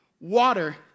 water